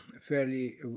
fairly